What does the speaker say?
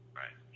right